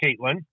Caitlin